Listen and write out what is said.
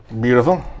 Beautiful